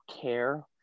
care